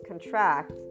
contract